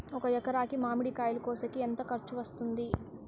ఒక ఎకరాకి మామిడి కాయలు కోసేకి ఎంత ఖర్చు వస్తుంది?